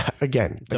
again